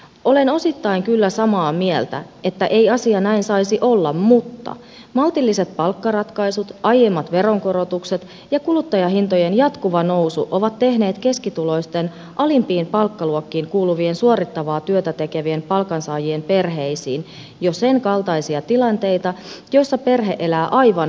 olen osittain kyllä samaa mieltä että ei asia näin saisi olla mutta maltilliset palkkaratkaisut aiemmat veronkorotukset ja kuluttajahintojen jatkuva nousu ovat tehneet keskituloisten alimpiin palkkaluokkiin kuuluvien suorittavaa työtä tekevien palkansaajien perheisiin jo senkaltaisia tilanteita joissa perhe elää aivan minimillä